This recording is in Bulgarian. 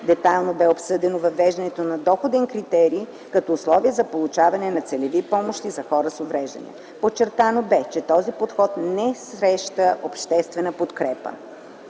Детайлно бе обсъдено въвеждането на доходен критерий като условие за получаването на целеви помощи за хора с увреждания. Подчертано бе, че този подход не среща обществена подкрепа.